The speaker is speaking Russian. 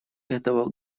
этого